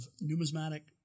numismatic